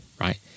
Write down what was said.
right